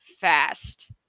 fast